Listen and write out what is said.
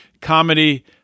comedy